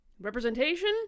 representation